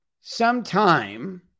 sometime